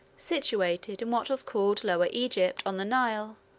situated in what was called lower egypt, on the nile,